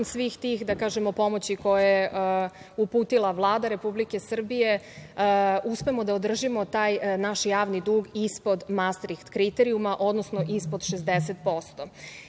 svih tih pomoći koje je uputila Vlada Republike Srbije, uspemo da održimo taj naš javni dug ispod mastriht kriterijuma, odnosno ispod